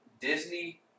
Disney